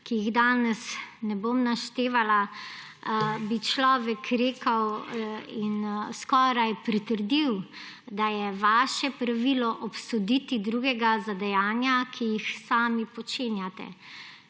ki jih danes ne bom naštevala, bi človek rekel in skoraj pritrdil, da je vaše pravilo obsoditi drugega za dejanja, ki jih sami počenjate,